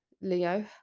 Leo